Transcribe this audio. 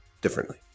differently